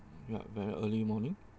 yup very early morning